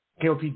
KOP